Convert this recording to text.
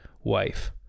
wife